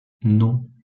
non